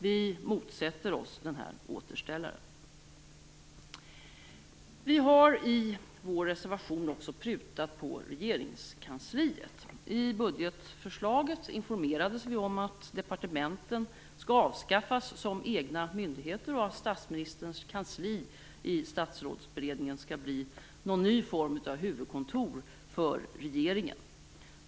Vi motsätter oss den här återställaren. Vi har i vår reservation också prutat på regeringskansliet. I budgetförslaget informerades vi om att departementen skall avskaffas som egna myndigheter och att statsministerns kansli i Statsrådsberedningen skall bli någon ny form av huvudkontor för regeringen.